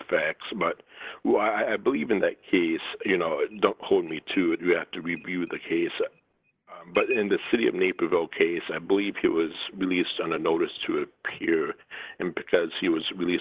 facts but i believe in that case you know don't hold me to it you have to review the case but in the city of naperville case i believe he was released on a notice to appear and because he was re